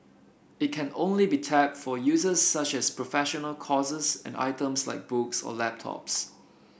it can only be tapped for uses such as professional courses and items like books or laptops